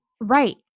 Right